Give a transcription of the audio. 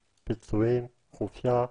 פיצויים, חופשה.